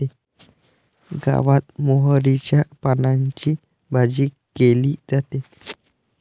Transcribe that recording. गावात मोहरीच्या पानांची भाजी केली जाते